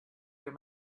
your